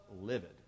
livid